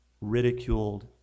ridiculed